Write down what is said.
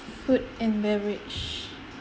food and beverage